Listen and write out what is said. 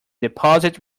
deposit